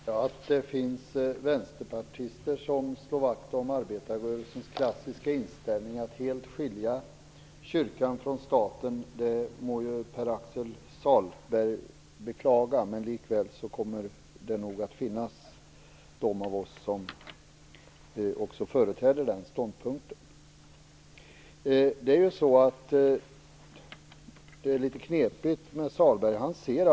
Herr talman! Att det finns vänsterpartister som slår vakt om arbetarrörelsens klassiska inställning att helt skilja kyrkan från staten må Pär-Axel Sahlberg beklaga. Det kommer ändå att finnas de av oss som företräder den ståndpunkten. Det är litet knepigt med Pär-Axel Sahlberg.